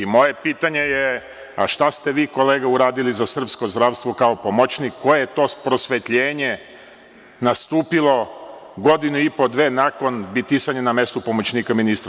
Moje pitanje je – šta ste vi, kolega, uradili za srpsko zdravstvo kao pomoćnik, koje je to prosvetljenje nastupilo godinu i po do dve nakon bitisanja na mestu pomoćnika ministra?